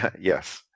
Yes